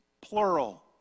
Plural